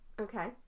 Okay